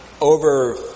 over